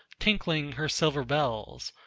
tinkling her silver bells,